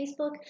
Facebook